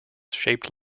shaped